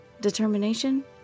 Determination